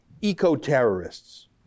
Eco-terrorists